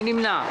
מי נמנע?